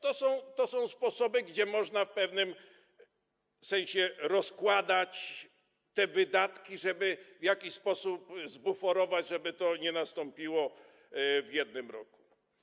To są sposoby, można w pewnym sensie rozkładać te wydatki, żeby w jakiś sposób to zbuforować, żeby to nie nastąpiło w jednym roku.